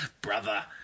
Brother